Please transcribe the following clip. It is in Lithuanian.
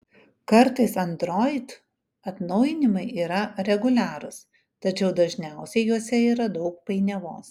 kartais android atnaujinimai yra reguliarūs tačiau dažniausiai juose yra daug painiavos